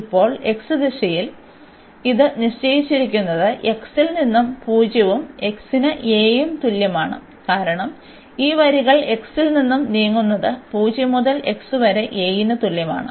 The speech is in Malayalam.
ഇപ്പോൾ x ദിശയിൽ ഇത് നിശ്ചയിച്ചിരിക്കുന്നത് x ൽ നിന്ന് 0 ഉം x ന് a ഉം തുല്യമാണ് കാരണം ഈ വരികൾ x ൽ നിന്ന് നീങ്ങുന്നത് 0 മുതൽ x വരെ a ന് തുല്യമാണ്